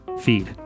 feed